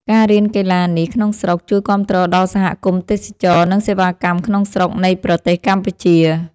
ការរៀនកីឡានេះក្នុងស្រុក ជួយគាំទ្រដល់សហគមន៍ទេសចរណ៍ និងសេវាកម្មក្នុងស្រុកនៃប្រទេសកម្ពុជា។